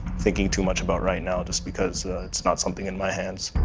thinking too much about right now, just because it's not something in my hands.